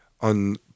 on